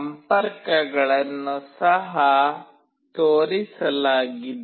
ಸಂಪರ್ಕಗಳನ್ನು ಸಹ ತೋರಿಸಲಾಗಿದೆ